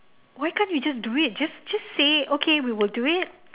why can't you just do it just just say okay we will do it